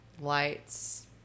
lights